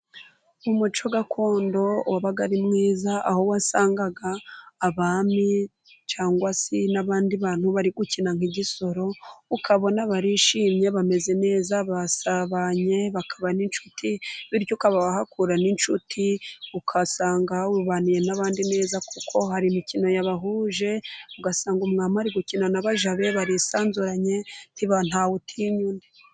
Umuco gakondo wabaga ari mwiza， aho wasangaga abami cyangwa se n'abandi bantu， bari gukina nk'igisoro， ukabona barishimye， bameze neza basabanye， bakaba n'inshuti，bityo ukaba wahakura n'inshuti， ugasanga wibaniye n'abandi neza，kuko hari imikino yabahuje， ugasanga umwami ari gukina na baja be，barisanzuranye，ni ba Ntawutinya undi.